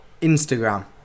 Instagram